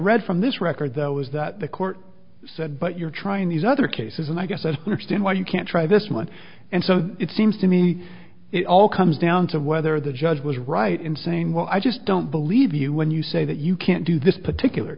read from this record though is that the court said but you're trying these other cases and i guess as to why you can't try this much and so it seems to me it all comes down to whether the judge was right in saying well i just don't believe you when you say that you can't do this particular